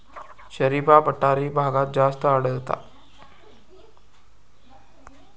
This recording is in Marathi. शरीफा पठारी भागात जास्त आढळता